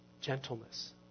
gentleness